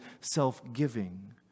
self-giving